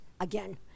again